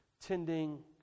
tending